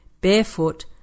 barefoot